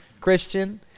Christian